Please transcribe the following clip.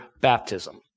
baptism